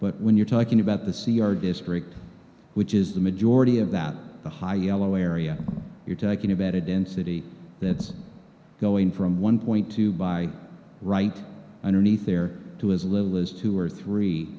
but when you're talking about the c r district which is the majority of that the high yellow area you're talking about it in city that's going from one point two by right underneath there to as little as two or three